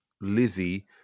Lizzie